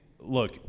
look